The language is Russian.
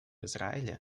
израиле